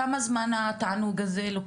כמה זמן זה התענוג הזה?